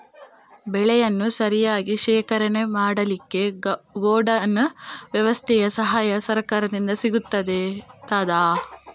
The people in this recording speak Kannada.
ಬೆಳೆಯನ್ನು ಸರಿಯಾಗಿ ಶೇಖರಣೆ ಮಾಡಲಿಕ್ಕೆ ಗೋಡೌನ್ ವ್ಯವಸ್ಥೆಯ ಸಹಾಯ ಸರಕಾರದಿಂದ ಸಿಗುತ್ತದಾ?